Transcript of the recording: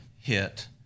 hit